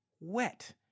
wet